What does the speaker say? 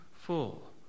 full